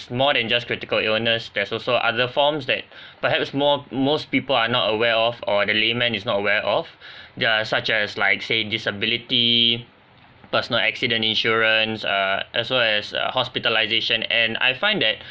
more than just critical illness there's also other forms that perhaps more most people are not aware of or the layman is not aware of yeah such as like say disability personal accident insurance err also there's uh hospitalisation and I find that